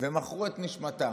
מכרו את נשמתם.